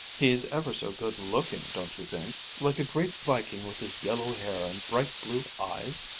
he's ever so good-looking, don't you think like a great viking with his yellow hair and bright blue eyes?